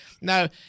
Now